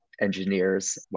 engineers